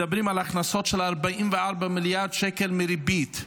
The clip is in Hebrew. מדברים על ההכנסות של 44 מיליארד שקל מריבית.